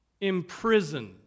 imprisoned